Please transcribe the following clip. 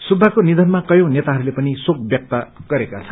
सुब्वाको निषनमा कयौं नेताहरूले पनि शोक व्यक्त गरेका छन्